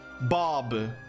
Bob